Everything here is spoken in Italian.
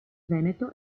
veneto